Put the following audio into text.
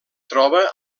troba